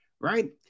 right